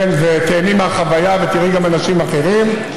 תיהני מהחוויה, ותראי גם אנשים אחרים.